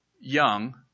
young